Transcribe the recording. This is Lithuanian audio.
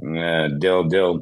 ne dėl dėl